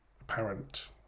apparent